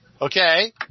Okay